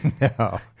No